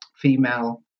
female